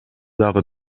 дагы